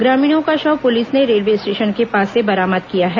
ग्रामीणों के शव पुलिस ने रेलवे स्टेशन के पास से बरामद किया है